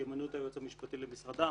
ימנו את היועץ המשפטי למשרדם.